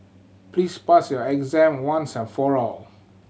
please pass your exam once and for all